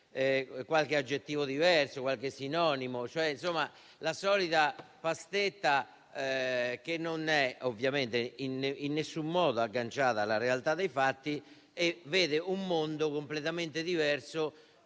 qualche aggettivo diverso o qualche sinonimo, mi sembra la solita pastetta, che non è ovviamente in nessun modo agganciata alla realtà dei fatti e che vede un mondo completamente diverso,